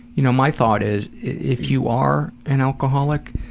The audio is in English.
you know, my thought is, if you are an alcoholic,